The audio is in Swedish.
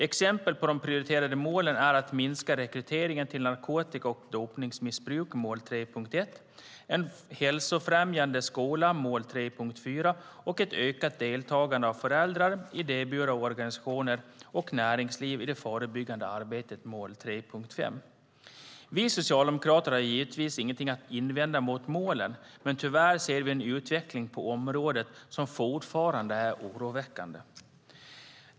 Exempel på de prioriterade målen är att minska rekrytering till narkotika och dopningsmissbruk , en hälsofrämjande skola och ett ökat deltagande av föräldrar, idéburna organisationer och näringsliv i det förebyggande arbetet . Vi Socialdemokrater har givetvis ingenting att invända mot målen, men tyvärr ser vi en utveckling på området som fortfarande är oroväckande.